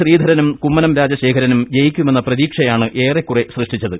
ശ്രീധരനും കുമ്മനം രാജശേഖരനും ജയിക്കുമെന്ന പ്രതീക്ഷയാണ് ഏറെക്കുറെ സൃഷ്ടിച്ചത്